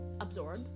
absorb